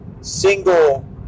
single